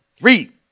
Read